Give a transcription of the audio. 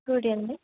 good evening